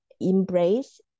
embrace